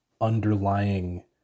underlying